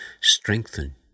strengthen